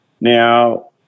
Now